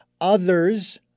others